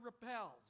repels